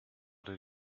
did